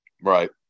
Right